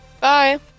Bye